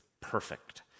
perfect